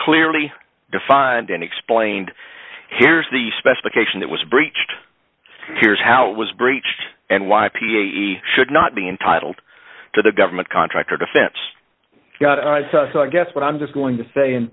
clearly defined and explained here's the specification that was breached here's how it was breached and why p e should not be entitled to the government contractor defense so i guess what i'm just going to say in